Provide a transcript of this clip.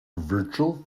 virtual